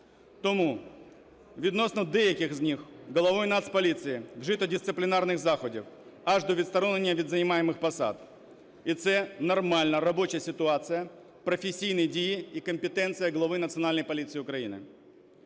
Тому відносно деяких з них головою Нацполіції вжито дисциплінарних заходів аж до відсторонення від займаних посад. І це нормальна робоча ситуація, професійні дії і компетенція голови Національної поліції України.